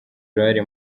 uruhare